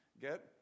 get